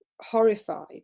horrified